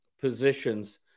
positions